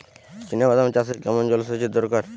চিনাবাদাম চাষে কেমন জলসেচের দরকার?